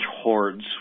hordes